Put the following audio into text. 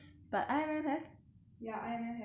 ya I_M_M have and I_M_M is outlet